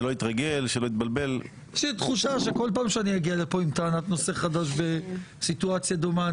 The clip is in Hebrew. יש לי תחושה שכל פעם שאני אגיע לפה עם טענת נושא חדש בסיטואציה דומה,